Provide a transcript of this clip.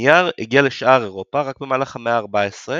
הנייר הגיע לשאר אירופה רק במהלך המאה ה-14,